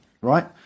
right